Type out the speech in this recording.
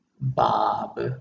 Bob